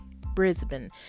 Brisbane